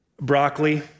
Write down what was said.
broccoli